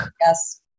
Yes